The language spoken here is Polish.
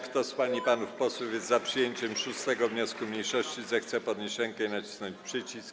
Kto z pań i panów posłów jest za przyjęciem 6. wniosku mniejszości, zechce podnieść rękę i nacisnąć przycisk.